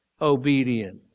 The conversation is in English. obedience